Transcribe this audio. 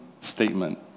statement